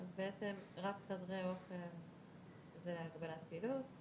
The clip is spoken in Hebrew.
אנחנו ביקשנו את הבקשה הזאת והעלינו אותה בפני הוועדה מספר פעמים.